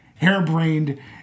Hairbrained